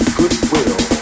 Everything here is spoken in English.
goodwill